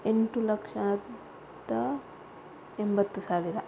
ಎಂಟು ಲಕ್ಷದ ಎಂಬತ್ತು ಸಾವಿರ